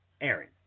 Aaron